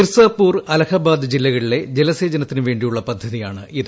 മിർസാപൂർ അലഹബാദ് ജില്ലകളിലെ ജലസേചനത്തിനു വേണ്ടിയുള്ള പദ്ധതിയാണിത്